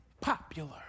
popular